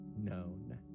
known